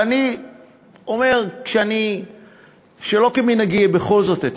אבל אני אומר שאני שלא כמנהגי בכל זאת אתייחס.